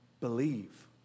believe